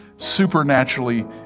supernaturally